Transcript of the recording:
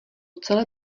celé